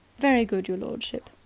very good, your lordship.